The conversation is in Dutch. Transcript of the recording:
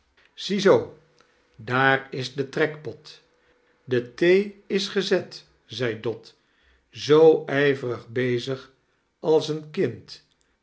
f daar is de trekpot de thee is gezet zei dot zoo ijverig bezig als een kind